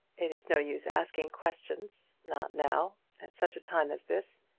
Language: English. it is no use asking questions not now, at such a time as this.